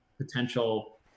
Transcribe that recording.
potential